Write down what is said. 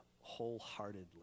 wholeheartedly